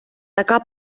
така